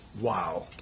wow